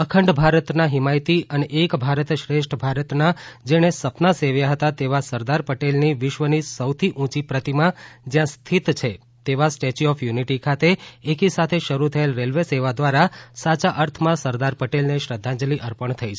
અખંડ ભારતના હિમાયતી અને એક ભારત શ્રેષ્ઠ ભારતના જેણે સપના સેવ્યા હતા તેવા સરદાર પટેલની વિશ્વની સૌથી ઉંચી પ્રતિમા જથાં સ્થિત છે તેવા સ્ટેચ્યુ ઓફ યુનીટી ખાતે એકી સાથે શરૂ થયેલ રેલવે સેવા સાયા અર્થમાં સરદાર પટેલને શ્રધ્ધાંજલી અર્પણ થઇ છે